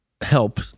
help